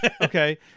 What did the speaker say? Okay